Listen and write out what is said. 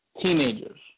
teenagers